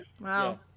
Wow